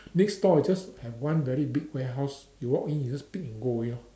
next store is just have one very big warehouse you walk in you just pick and go already lor